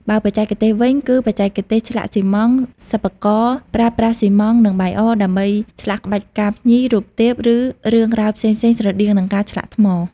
បើបច្ចេកទេសវិញ គឺបច្ចេកទេសឆ្លាក់ស៊ីម៉ង់ត៍: សិប្បករប្រើប្រាស់ស៊ីម៉ង់ត៍ និងបាយអរ ដើម្បីឆ្លាក់ក្បាច់ផ្កាភ្ញី រូបទេព និងរឿងរ៉ាវផ្សេងៗ ស្រដៀងនឹងការឆ្លាក់ថ្ម។